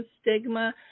stigma